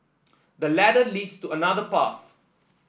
the ladder leads to another path